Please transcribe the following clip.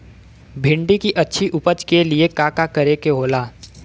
भिंडी की अच्छी उपज के लिए का का करे के होला?